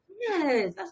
Yes